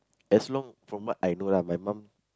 as long from what I know lah my mum